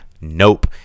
nope